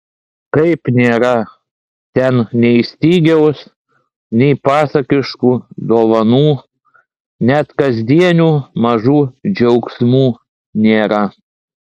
kaip nėra ten nei stygiaus nei pasakiškų dovanų net kasdienių mažų džiaugsmų nėra